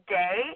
day